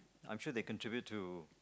I'm sure they contribute to